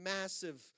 massive